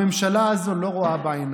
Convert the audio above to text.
הממשלה הזאת לא רואה בעיניים.